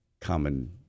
common